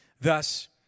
Thus